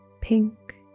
pink